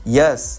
yes